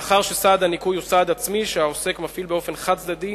מאחר שסעד הניכוי הוא סעד עצמי שהעוסק מפעיל באופן חד-צדדי,